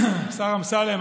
השר אמסלם,